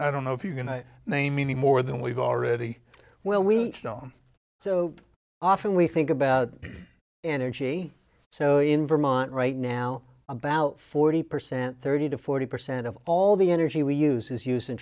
i don't know if you're going to name me more than we've already well we don't so often we think about energy so in vermont right now about forty percent thirty to forty percent of all the energy we use is us